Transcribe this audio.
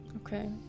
okay